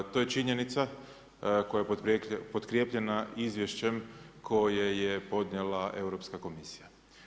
To je činjenica koja je potkrijepljena izvješćem koje je podnijela Europska Komisija.